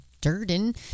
Durden